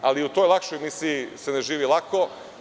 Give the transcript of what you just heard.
Ali i u toj lakšoj misiji se ne živi lako.